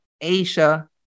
Asia